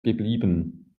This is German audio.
geblieben